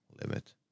limit